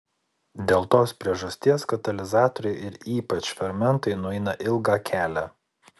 dėl tos priežasties katalizatoriai ir ypač fermentai nueina ilgą kelią